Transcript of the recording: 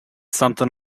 something